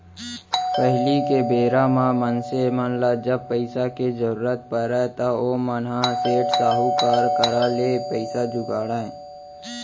पहिली के बेरा म मनसे मन ल जब पइसा के जरुरत परय त ओमन ह सेठ, साहूकार करा ले पइसा जुगाड़य